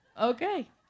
Okay